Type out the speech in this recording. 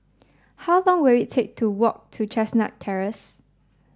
how long will it take to walk to Chestnut Terrace